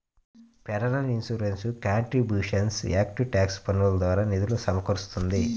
federal insurance contributions act tax పన్నుల ద్వారా నిధులు సమకూరుస్తుంది